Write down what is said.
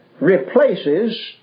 replaces